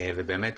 ובאמת,